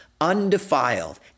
undefiled